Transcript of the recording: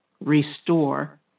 restore